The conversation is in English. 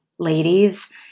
Ladies